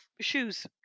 shoes